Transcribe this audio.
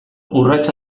urrats